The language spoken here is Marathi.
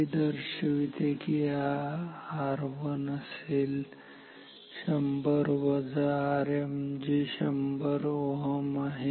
हे दर्शविते कि R1 असेल 100Ω वजा Rm जे 100 Ω आहे